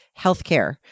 healthcare